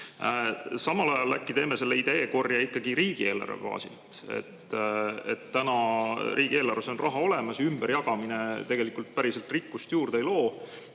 Samas, äkki teeme selle ideekorje ikkagi riigieelarve baasilt. Täna riigieelarves on raha olemas, ümberjagamine tegelikult päriselt rikkust juurde ei loo.